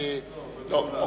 לא.